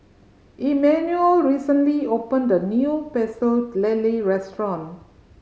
Immanuel recently opened a new Pecel Lele restaurant